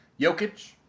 Jokic